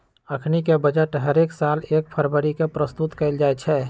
अखनीके बजट हरेक साल एक फरवरी के प्रस्तुत कएल जाइ छइ